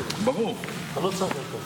דקות, בבקשה.